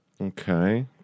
Okay